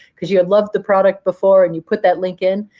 because you had loved the product before and you put that link in,